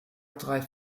drei